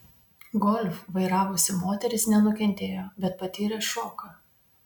golf vairavusi moteris nenukentėjo bet patyrė šoką